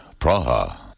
Praha